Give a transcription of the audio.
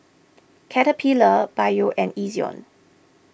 Caterpillar Biore and Ezion